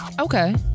Okay